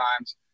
times